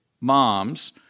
moms